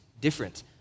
different